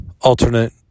alternate